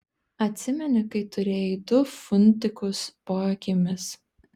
atsimeni kai turėjai du funtikus po akimis